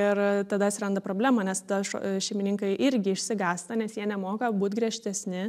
ir tada atsiranda problema nes tas šuo šeimininkai irgi išsigąsta nes jie nemoka būt griežtesni